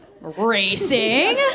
racing